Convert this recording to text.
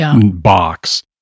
box—